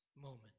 moment